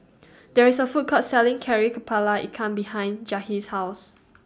There IS A Food Court Selling Kari Kepala Ikan behind Jahir's House